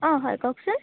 অঁ হয় কওকচোন